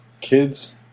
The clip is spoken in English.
kids